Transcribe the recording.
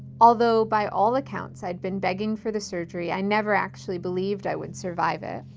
although by all accounts i'd been begging for the surgery, i never actually believed i would survive it.